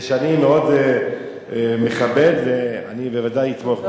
אני מאוד מכבד, אני בוודאי אתמוך.